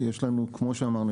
כמו שאמרנו,